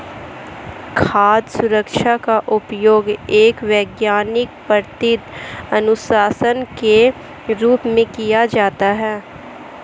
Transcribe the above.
खाद्य सुरक्षा का उपयोग एक वैज्ञानिक पद्धति अनुशासन के रूप में किया जाता है